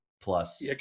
plus